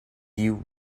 you